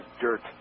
dirt